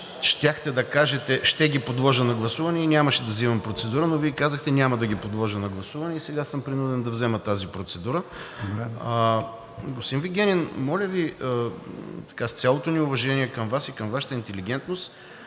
„ще ги подложа на гласуване“ и нямаше да взимам процедура, но Вие казахте „няма да ги подложа на гласуване“ и сега съм принуден да взема тази процедура. Господин Вигенин, моля Ви, с цялото ми уважение към Вас и към Вашата интелигентност,